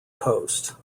coast